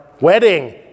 wedding